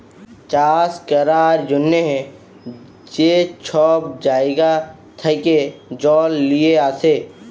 চাষ ক্যরার জ্যনহে যে ছব জাইগা থ্যাকে জল লিঁয়ে আসে